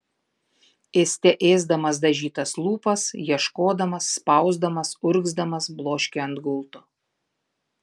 ėste ėsdamas dažytas lūpas ieškodamas spausdamas urgzdamas bloškė ant gulto